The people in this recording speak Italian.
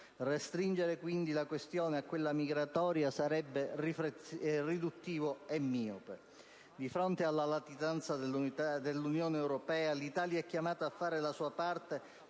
Restringere la questione soltanto a quella migratoria sarebbe, quindi, riduttivo e miope. Di fronte alla latitanza dell'Unione europea, l'Italia è chiamata a fare la sua parte